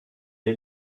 est